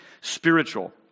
spiritual